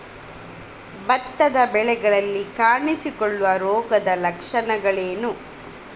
ಭತ್ತದ ಬೆಳೆಗಳಲ್ಲಿ ಕಾಣಿಸಿಕೊಳ್ಳುವ ರೋಗದ ಲಕ್ಷಣಗಳೇನು?